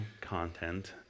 content